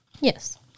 Yes